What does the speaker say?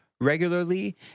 regularly